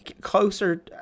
closer